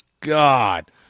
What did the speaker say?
god